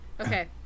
okay